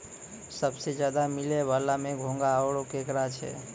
सबसें ज्यादे मिलै वला में घोंघा आरो केकड़ा छै